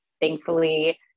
Thankfully